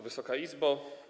Wysoka Izbo!